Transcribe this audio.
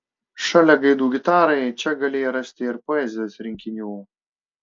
šalia gaidų gitarai čia galėjai rasti ir poezijos rinkinių